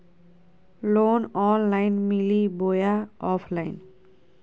Loan online मिली बोया offline?